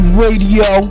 radio